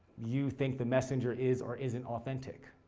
you think the messenger is or isn't authentic,